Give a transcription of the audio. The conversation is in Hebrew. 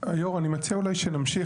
היו"ר, אני מציע אולי שנמשיך.